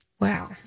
wow